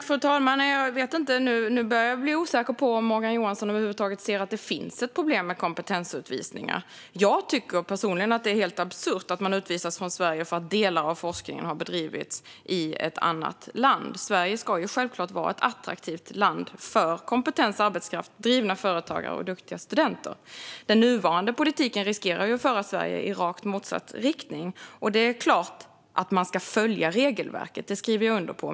Fru talman! Nu börjar jag bli osäker på om Morgan Johansson över huvud taget ser att det finns ett problem med kompetensutvisningar. Jag tycker personligen att det är helt absurt att man utvisas från Sverige för att delar av forskningen har bedrivits i ett annat land. Sverige ska självklart vara ett attraktivt land för kompetens, arbetskraft, drivna företagare och duktiga studenter. Den nuvarande politiken riskerar dock att föra Sverige i rakt motsatt riktning. Det är klart att man ska följa regelverket. Det skriver jag under på.